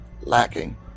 lacking